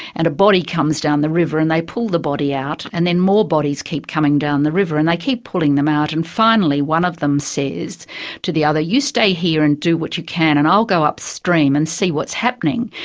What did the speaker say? and a body comes down the river and they pull the body out, and then more bodies keep coming down the river and they keep pulling them out, and finally, one of them says to the other, you stay here and do what you can and i'll go upstream and see what's happening.